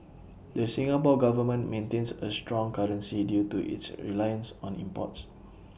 the Singapore Government maintains A strong currency due to its reliance on imports